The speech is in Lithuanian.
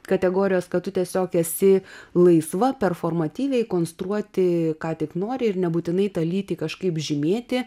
kategorijos kad tu tiesiog esi laisva performatyviai konstruoti ką tik nori ir nebūtinai tą lytį kažkaip žymėti